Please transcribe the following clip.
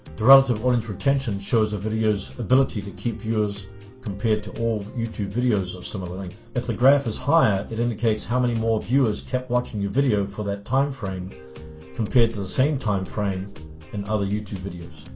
the relative audience retention shows the video's ability to keep viewers compared to all youtube videos of similar length. if the graph is higher it indicates how many more viewers kept watching your video for that time frame compared to the same time frame and other youtube videos.